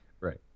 Right